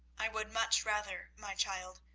i would much rather, my child,